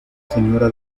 señora